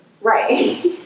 Right